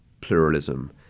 pluralism